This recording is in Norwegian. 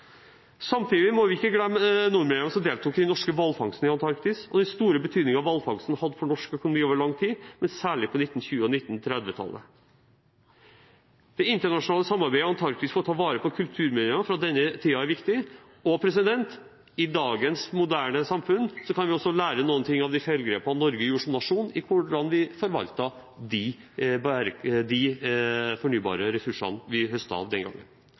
Samtidig må vi ikke glemme nordmennene som deltok i den norske hvalfangsten i Antarktis og den store betydningen hvalfangsten hadde for norsk økonomi over lang tid, særlig på 1920-tallet og 1930-tallet. Det internasjonale samarbeidet i Antarktis for å ta vare på kulturminnene fra denne tiden er viktig. I dagens moderne samfunn kan vi også lære noe av de feilgrepene Norge gjorde som nasjon i hvordan vi forvaltet de fornybare ressursene vi høstet av den gangen.